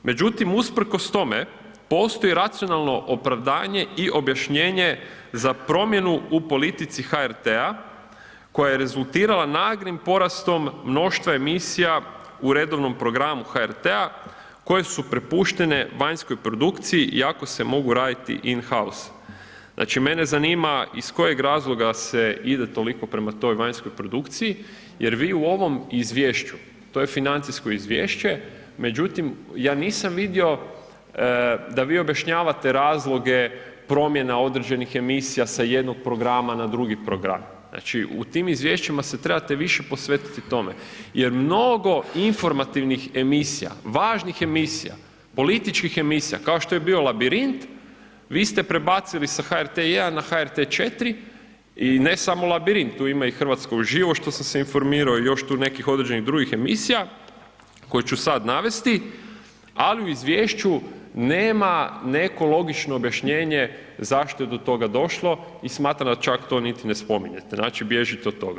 Međutim usprkos tome, postoji racionalno opravdanje i objašnjenje za promjenu u politici HRT-a, koja je rezultirala naglim porastom mnoštva emisije u redovnom programu HRT-a, koje su prepuštene vanjskoj produkciji iako se mogu raditi in house, znači mene zanima iz kojeg razloga se ide toliko prema toj vanjskoj produkciji, jer vi u ovom Izvješću, to je financijsko izvješće, međutim ja nisam vidio da vi objašnjavate razloge promjena određenih emisija sa jednog programa na drugi program, znači u tim izvješćima se trebate više posvetiti tome, jer mnogo informativnih emisija, važnih emisija, političkih emisija, kao što je bio Labirint, vi ste prebacili sa HRT 1 na HRT 4, i ne samo Labirint, tu ima i Hrvatska uživo, što sam se informirao, i još tu nekih određenih drugih emisija koje ću sad navesti, ali u Izvješću nema neko logično objašnjenje zašto je do toga došlo, i smatram da čak to niti ne spominjete, znači bježite od toga.